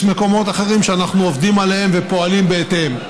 יש מקומות אחרים שאנחנו עובדים עליהם ופועלים בהתאם.